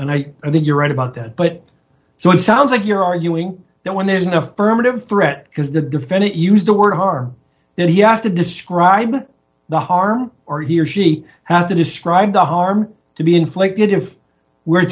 and i know that you're right about that but so it sounds like you're arguing that when there's an affirmative threat because the defendant used the word harm then he has to describe the harm or he or she has to describe the harm to be inflicted if we're